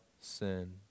sin